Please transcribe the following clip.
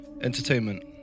entertainment